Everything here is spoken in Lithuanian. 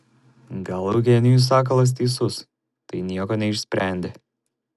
gal eugenijus sakalas teisus tai nieko neišsprendė